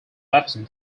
absent